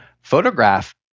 photograph